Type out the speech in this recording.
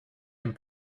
and